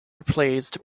replaced